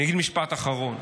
אני אגיד משפט אחרון.